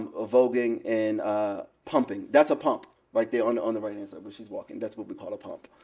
ah vogueing and ah pumping. that's a pump, right there on on the right hand side, where she's walking. that's what we call a pump.